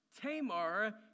Tamar